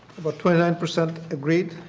about twenty nine percent agreed